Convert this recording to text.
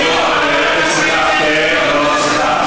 אבו עראר, אני קורא אותך לסדר פעם ראשונה.